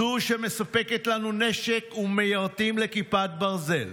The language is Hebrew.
זו שמספקת לנו נשק ומיירטים לכיפת ברזל,